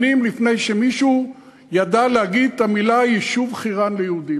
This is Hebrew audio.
שנים לפני שמישהו ידע להגיד את המילים "היישוב חירן ליהודים".